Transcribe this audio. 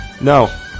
No